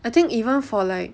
I think even for like